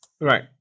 Right